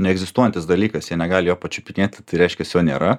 neegzistuojantis dalykas jie negali jo pačiupinėt tai reiškias jo nėra